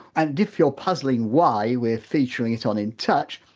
and if you're puzzling why we're featuring it on in touch,